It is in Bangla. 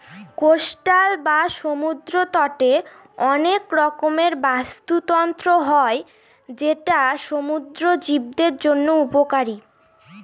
কোস্টাল বা সমুদ্র তটে অনেক রকমের বাস্তুতন্ত্র হয় যেটা সমুদ্র জীবদের জন্য উপকারী